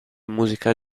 musica